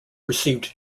received